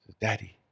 daddy